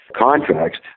contracts